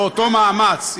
באותו מאמץ.